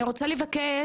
אני רוצה לבקש,